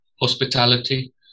hospitality